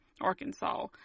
Arkansas